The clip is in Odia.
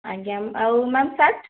ଆଜ୍ଞା ଆଉ ମ୍ୟାମ୍ ଶାର୍ଟ୍